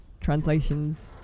translations